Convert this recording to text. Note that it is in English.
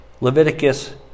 Leviticus